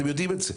אתם יודעים את זה,